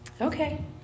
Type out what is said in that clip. Okay